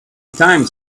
times